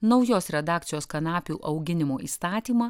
naujos redakcijos kanapių auginimo įstatymą